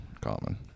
common